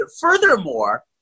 furthermore